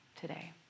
today